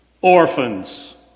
orphans